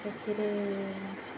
ସେଥିରେ